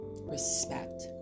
respect